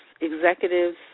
executives